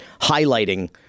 highlighting